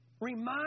remind